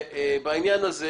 בעניין הזה,